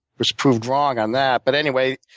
was proved wrong on that. but anyway,